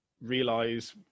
realize